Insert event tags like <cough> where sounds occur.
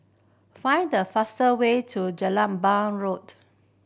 find the fastest way to <unintelligible> Road